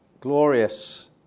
glorious